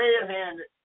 red-handed